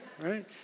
right